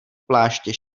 pláště